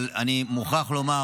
אבל אני מוכרח לומר